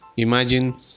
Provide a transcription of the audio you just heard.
Imagine